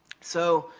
so,